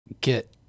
get